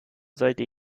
sollte